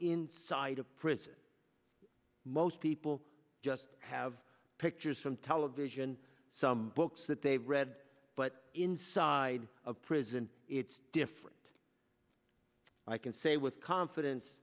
inside a prison most people just have pictures from television some books that they read but inside of prison it's different i can say with confidence